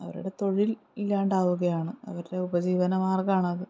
അവരുടെ തൊഴിൽ ഇല്ലാണ്ടാവുകയാണ് അവരുടെ ഉപജീവനമാർഗ്ഗമാണത്